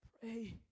pray